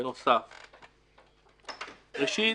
ראשית,